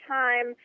time